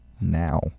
now